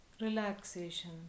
Relaxation